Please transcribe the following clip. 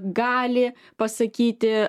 gali pasakyti